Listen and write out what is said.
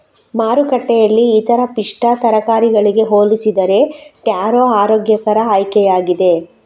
ಮಾರುಕಟ್ಟೆಯಲ್ಲಿ ಇತರ ಪಿಷ್ಟ ತರಕಾರಿಗಳಿಗೆ ಹೋಲಿಸಿದರೆ ಟ್ಯಾರೋ ಆರೋಗ್ಯಕರ ಆಯ್ಕೆಯಾಗಿದೆ